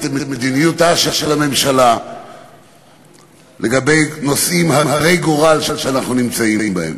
על מדיניותה של הממשלה בנושאים הרי גורל שאנחנו נמצאים בהם?